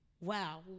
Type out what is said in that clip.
wow